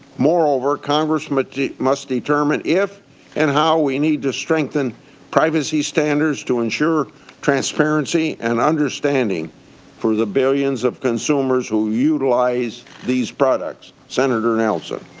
moreover, congress must must determine if and how we need to strengthen privacy ah to ensure transparency and understanding for the billions of consumers who utilize these products. senator nelson?